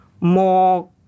more